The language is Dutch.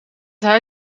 hij